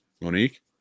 Monique